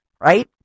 right